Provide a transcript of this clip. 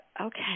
okay